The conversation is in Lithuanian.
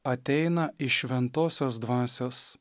ateina iš šventosios dvasios